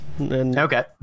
Okay